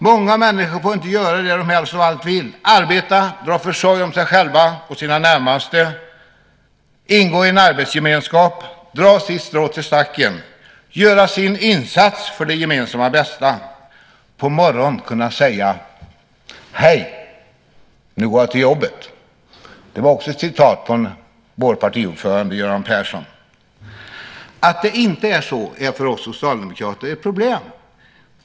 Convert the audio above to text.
Många människor får inte göra det som de helst av allt vill: arbeta, dra försorg om sig själva och sina närmaste, ingå i en arbetsgemenskap, dra sitt strå till stacken, göra sin insats för det gemensamma bästa och på morgonen kunna säga: "Hej, nu går jag till jobbet" - också det ett citat av vår partiordförande Göran Persson. Att det inte är så är för oss socialdemokrater ett problem.